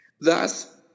Thus